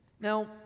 Now